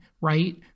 right